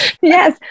Yes